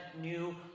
new